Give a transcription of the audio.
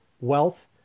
wealth